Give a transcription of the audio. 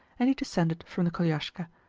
and he descended from the koliaska,